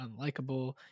unlikable